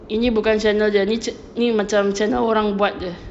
ini bukan channel dia ni ch~ ni macam channel orang buat jer